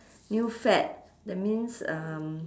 new fad that means um